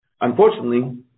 Unfortunately